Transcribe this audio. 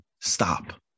stop